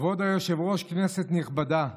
כבוד היושב-ראש, כנסת נכבדה,